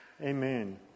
Amen